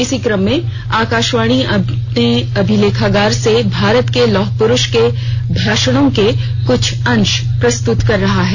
इसी क्रम में आकाशवाणी अपने अभिलेखागार से भारत के लौह पुरूष के भाषणों के कुछ अंश प्रस्तुत कर रहा है